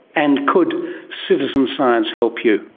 and could citizen science help you?